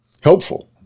Helpful